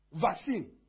Vaccine